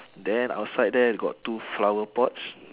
then outside there got two flower pots